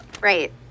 Right